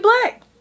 black